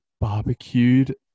barbecued